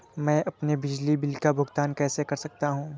मैं अपने बिजली बिल का भुगतान कैसे कर सकता हूँ?